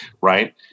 right